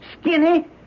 Skinny